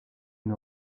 une